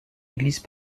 église